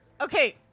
okay